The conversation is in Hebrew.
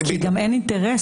כי גם אין אינטרס.